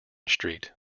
street